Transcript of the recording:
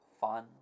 fun